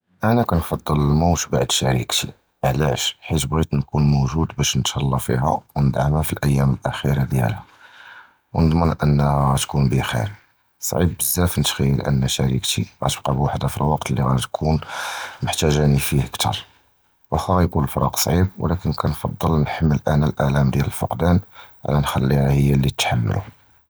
אִנַא קִנְפַדַּל אִל-מוּת בְּעַד שֻרִיקְתִי, עַלַאש? חִית בְּغִית אִקּוּן מֻוְג'וּד בַּאש נִתְהַלָּא פִיהָ וְנִדַעְמֶה פִי אִל-אַיָּאּם אִל-אַחִירָה דִיַּלְהָא, וְנִדַמֶּן בִּלִי תִקּוּן בְּחֵ'יּר. צַעִיב בְּזַאפ נִתְחַ'יַּל בִּלִי שֻרִיקְתִי קִתִּבְּקָא בְּוַחְדְהָא פִי אִל-וַקְתִי לִי קִתִּקּוּן מְחְתַאגְנִי פִיהו קְתַר. וְאַמַּא גִיְקוּן אִל-פִרָאק צַעִיב, וְאַלַא קִנְפַדַּל נַחְמֶל אִנַא אִל-אֻלְמ דִיַּל אִל-פִקְדָאן עַל נַחְלִיהָ הִיּ לִי תִתְחַמֵּל.